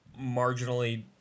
marginally